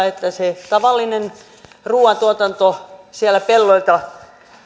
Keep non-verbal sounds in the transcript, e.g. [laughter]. [unintelligible] että se tavallinen ruoantuotanto sieltä pelloilta